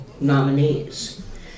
nominees